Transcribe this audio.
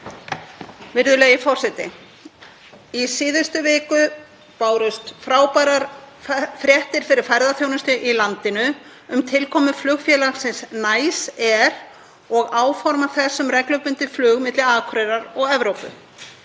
Virðulegi forseti. Í síðustu viku bárust frábærar fréttir fyrir ferðaþjónustu í landinu um tilkomu flugfélagsins Niceair og áform þess um reglubundið flug milli Akureyrar og Evrópu.